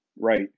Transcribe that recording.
right